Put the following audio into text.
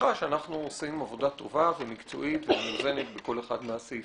הבטחה שאנחנו עושים עבודה טובה ומקצועית ומאוזנת בכל אחד מהסעיפים.